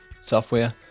software